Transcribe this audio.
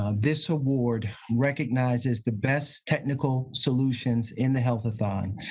ah this award recognizes the best technical solutions in the healthathon.